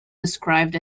described